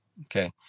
okay